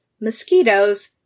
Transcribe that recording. mosquitoes